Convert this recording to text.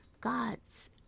God's